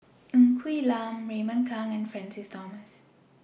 Ng Quee Lam Raymond Kang and Francis Thomas